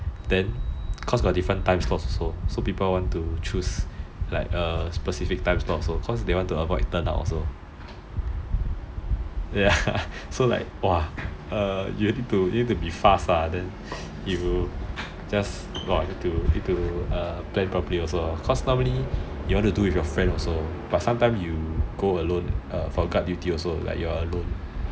then cause got different time slots also so people also want to choose a specific time slot also cause they want to avoid turn out also so like !wah! you need to be fast ah then you just need to plan properly also cause normally you want to do with your friend also but sometimes you go alone for guard duty also like you're alone